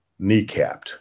kneecapped